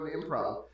improv